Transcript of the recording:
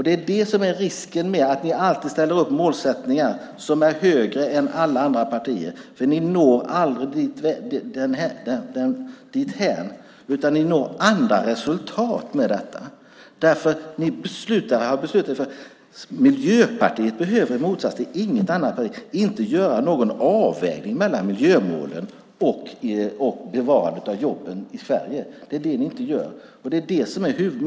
Det är det som är risken med att ni alltid sätter upp målsättningar som är högre än alla andra partiers för ni når aldrig dithän utan ni når andra resultat med detta. Miljöpartiet behöver, i motsats till andra partier, inte göra någon avvägning mellan miljömålen och bevarandet av jobben i Sverige. Det är det som ni inte gör.